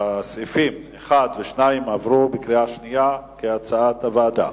שסעיפים 1 ו-2 עברו בקריאה שנייה כהצעת הוועדה.